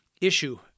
issue